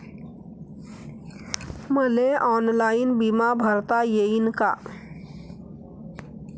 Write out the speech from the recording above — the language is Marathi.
मले ऑनलाईन बिमा भरता येईन का?